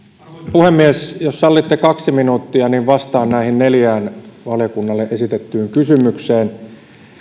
puhemies jos sallitte kaksi minuuttia niin vastaan näihin neljään valiokunnalle esitettyyn kysymykseen